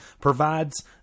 provides